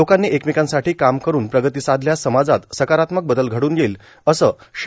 लोकांनी एकमेकांसाठी काम करून प्रगती साधल्यास समाजात सकारात्मक बदल घडून येईल असं श्री